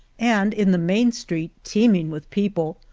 and in the main street, teeming with people,